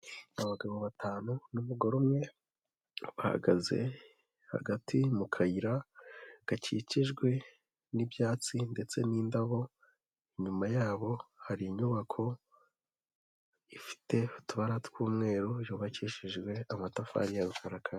Abagabo batanu n'umugore umwe, bahagaze hagati mu kayira gakikijwe n'ibyatsi ndetse n'indabo, inyuma yabo hari inyubako ifite utubara tw'umweru, yubakishijwe amatafari ya rukarakara.